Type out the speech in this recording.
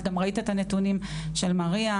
את גם ראית את הנתונים של מריה,